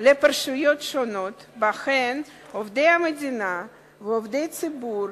לפרשיות שונות שבהן עובדי המדינה ועובדי ציבור